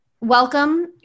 welcome